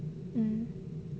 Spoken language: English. mm